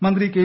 മന്ത്രി കെ